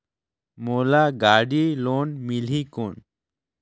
मोला गाड़ी लोन मिलही कौन?